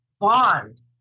bond